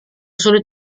sulit